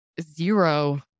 zero